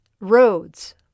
roads